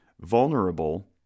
vulnerable